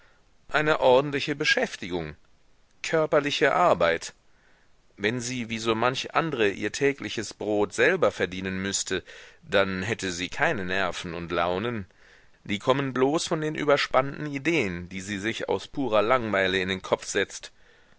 eine ordentliche beschäftigung körperliche arbeit wenn sie wie so manch andre ihr tägliches brot selber verdienen müßte dann hätte sie keine nerven und launen die kommen bloß von den überspannten ideen die sie sich aus purer langweile in den kopf setzt